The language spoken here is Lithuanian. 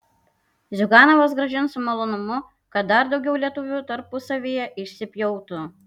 ziuganovas grąžins su malonumu kad dar daugiau lietuvių tarpusavyje išsipjautų